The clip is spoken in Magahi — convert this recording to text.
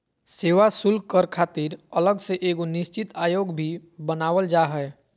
सेवा शुल्क कर खातिर अलग से एगो निश्चित आयोग भी बनावल जा हय